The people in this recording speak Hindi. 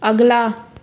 अगला